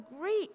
great